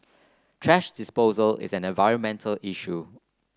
thrash disposal is an environmental issue